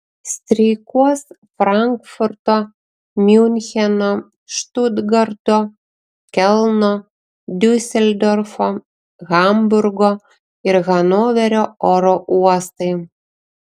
streikuos frankfurto miuncheno štutgarto kelno diuseldorfo hamburgo ir hanoverio oro uostai